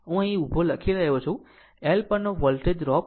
આમ અહીં હું લખી રહ્યો છું L પરનો વોલ્ટેજ ડ્રોપ 39